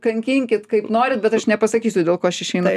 kankinkit kaip norit bet aš nepasakysiu dėl ko aš išeinu